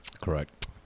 Correct